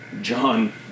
John